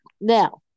Now